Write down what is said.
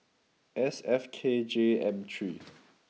S F K J M three